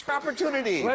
opportunity